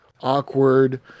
awkward